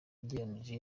ugereranije